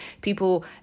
people